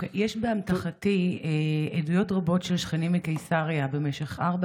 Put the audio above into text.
יש באמתחתי עדויות רבות של שכנים מקיסריה במשך ארבע